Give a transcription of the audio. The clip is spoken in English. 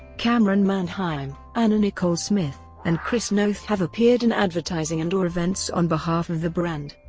camryn manheim, anna nicole smith and chris noth have appeared in advertising and or events on behalf of the brand.